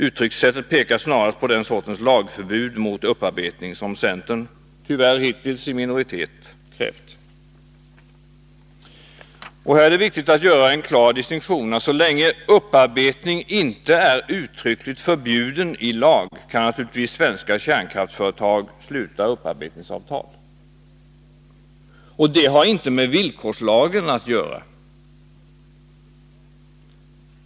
Uttryckssättet pekar snarast mot den sortens lag om förbud mot upparbetning som centern, tyvärr hittills i minoritet, krävt. Här är det viktigt att göra en klar markering. Så länge upparbetning inte är uttryckligen förbjuden i lag kan naturligtvis svenska kärnkraftsföretag sluta upparbetningsavtal. Det har inte med villkorslagen att göra.